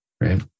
right